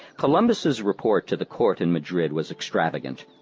columbus's report to the court in madrid was extravagant.